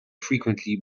frequently